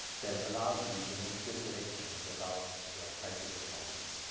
that allows you to make good predictions about your prices of houses,